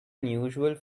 unusual